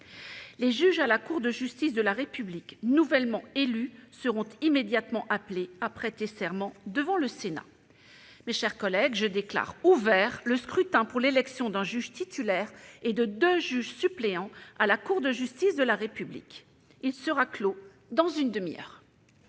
Les juges à la Cour de justice de la République nouvellement élus seront immédiatement appelés à prêter serment devant le Sénat. Je déclare ouvert le scrutin pour l'élection d'un juge titulaire et de deux juges suppléants à la Cour de justice de la République. Il sera clos dans une demi-heure.